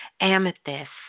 amethyst